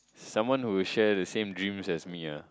someone who will share the same dreams as me ah